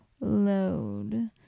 load